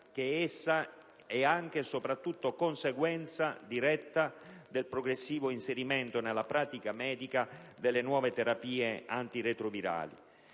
che essa è anche e soprattutto conseguenza diretta del progressivo inserimento nella pratica medica delle nuove terapie antiretrovirali.